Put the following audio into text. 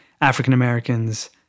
African-Americans